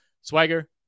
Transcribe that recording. Swagger